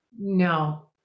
no